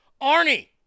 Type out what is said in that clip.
Arnie